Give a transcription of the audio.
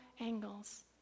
angles